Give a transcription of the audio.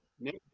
Nick